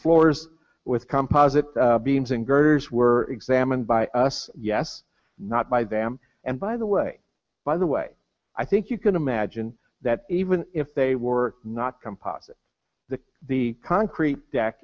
floors with composite beams and girders were examined by us yes not by them and by the way by the way i think you can imagine that even if they were not composite the the concrete deck